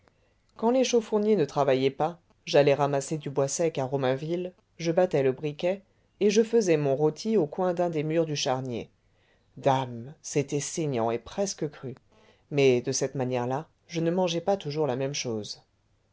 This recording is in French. quand les chaufourniers ne travaillaient pas j'allais ramasser du bois sec à romainville je battais le briquet et je faisais mon rôti au coin d'un des murs du charnier dame c'était saignant et presque cru mais de cette manière-là je ne mangeais pas toujours la même chose